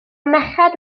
merched